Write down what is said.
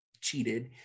cheated